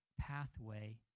pathway